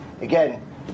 again